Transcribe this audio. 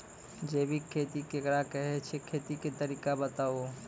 जैबिक खेती केकरा कहैत छै, खेतीक तरीका बताऊ?